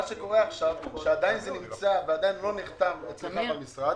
מה שקורה עכשיו זה שעדיין זה לא נחתם אצלך במשרד,